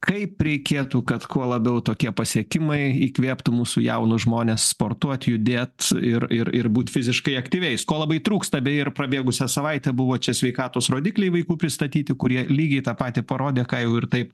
kaip reikėtų kad kuo labiau tokie pasiekimai įkvėptų mūsų jaunus žmones sportuot judėt ir ir ir būt fiziškai aktyviais ko labai trūksta beje ir prabėgusią savaitę buvo čia sveikatos rodikliai vaikų pristatyti kurie lygiai tą patį parodė ką jau ir taip